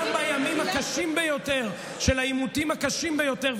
גם בימים הקשים ביותר של העימותים הקשים ביותר,